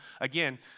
Again